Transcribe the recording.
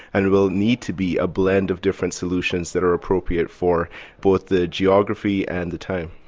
and and will need to be, a blend of different solutions that are appropriate for both the geography and the time.